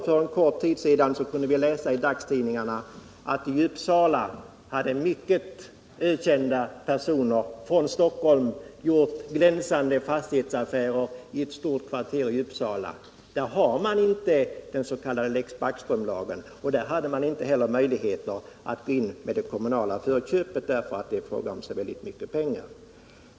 För en kort tid sedan kunde vi läsa i dagstidningarna att ökända personer från Stockholm hade gjort glänsande fastighetsaffärer i ett stort kvarter i Uppsala. Där hade man inte någon lex Backström, och man hade där inte heller några möjligheter att gå in med kommunalt förköp, eftersom det gällde så oerhört mycket pengar.